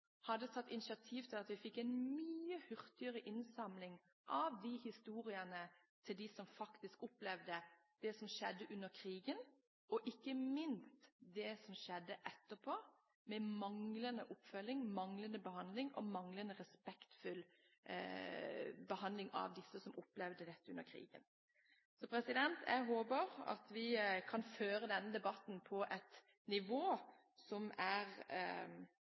hadde tatt initiativ til at vi fikk en mye hurtigere innsamling av historiene til dem som faktisk opplevde det som skjedde under krigen, og ikke minst det som skjedde etterpå – med manglende oppfølging, manglende behandling og manglende respektfull behandling av disse som opplevde dette under krigen. Jeg håper at vi kan føre denne debatten på et nivå som er